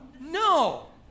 No